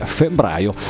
febbraio